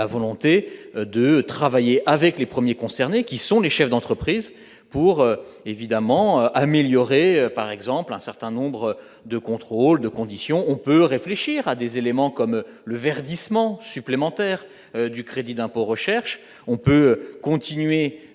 volonté de travailler avec les premiers concernés qui sont les chefs d'entreprise pour évidemment améliorer par exemple un certain nombre de contrôles de conditions, on peut réfléchir à des éléments comme le verdissement supplémentaire du crédit d'impôt recherche on peut continuer